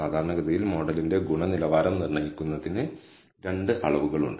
സാധാരണഗതിയിൽ മോഡലിന്റെ ഗുണനിലവാരം നിർണ്ണയിക്കുന്നതിന് രണ്ട് അളവുകൾ ഉണ്ട്